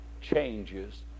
changes